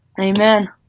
Amen